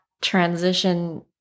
transition